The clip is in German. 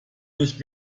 nicht